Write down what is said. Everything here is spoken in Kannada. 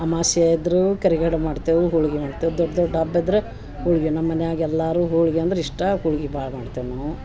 ಅಮಾವಾಸೆ ಇದ್ದರೂ ಕರಿಗಡಬು ಮಾಡ್ತೇವು ಹೊಳಿಗಿ ಮಾಡ್ತೇವೆ ದೊಡ್ಡ ದೊಡ್ಡ ಹಬ್ಬ ಇದ್ರ ಹೋಳಿಗೆ ನಮ್ಮ ಮನ್ಯಾಗ ಎಲ್ಲಾರು ಹೊಳಿಗಿ ಅಂದ್ರ ಇಷ್ಟ ಹೊಳಿಗಿ ಭಾಳ್ ಮಾಡ್ತೇವು ನಾವು